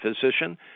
physician